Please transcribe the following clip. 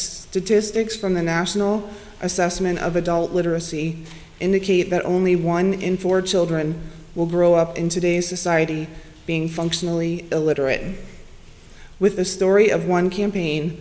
statistics from the national assessment of adult literacy indicate that only one in four children will grow up in today's society being functionally illiterate with a story of one campaign